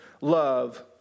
love